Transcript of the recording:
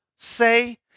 Say